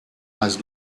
has